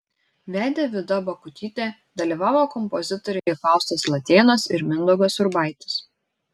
vedė vida bakutytė dalyvavo kompozitoriai faustas latėnas ir mindaugas urbaitis